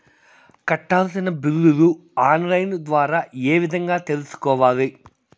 కట్టాల్సిన బిల్లులు online ద్వారా ఏ విధంగా తెలుసుకోవాలి?